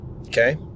Okay